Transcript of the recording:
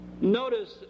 Notice